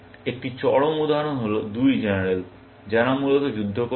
একটি চরম উদাহরণ হল দুই জেনারেল যারা মূলত যুদ্ধ করছেন